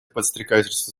подстрекательства